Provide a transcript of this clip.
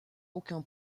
aucun